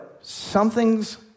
something's